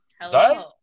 Hello